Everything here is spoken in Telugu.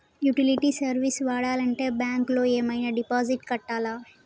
యుటిలిటీ సర్వీస్ వాడాలంటే బ్యాంక్ లో ఏమైనా డిపాజిట్ కట్టాలా?